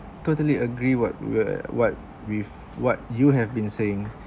totally agree what we're what with what you have been saying